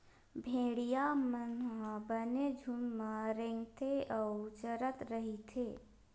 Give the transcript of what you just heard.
भेड़िया मन ह बने झूंड म रेंगथे अउ चरत रहिथे